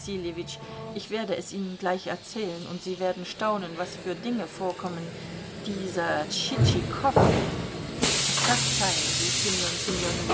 ich werde es ihnen gleich erzählen und sie werden staunen was für dinge vorkommen dieser tschitschikow verzeihen sie